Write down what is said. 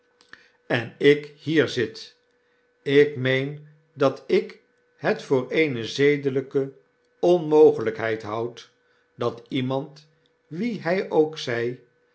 en ik hier zit ik meen dat ik het voor eene zedelrjke onmogelykheid houd datiemand wie hy ook zij